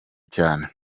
cyane